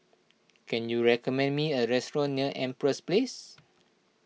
can you recommend me a restaurant near Empress Place